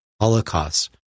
holocaust